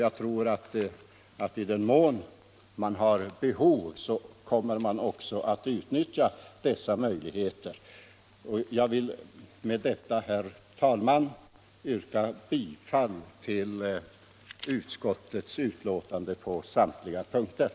Jag tror att de som har behov härav också kommer att utnyttja dessa möjligheter. Med detta, herr talman, ber jag att på samtliga punkter få yrka bifall till vad utskottet hemställt.